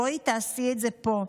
בואי תעשי את זה פה.